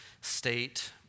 state